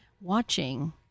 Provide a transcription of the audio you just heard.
watching